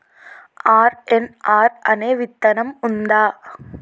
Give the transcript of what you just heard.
RNR అనే విత్తనం ఉందా?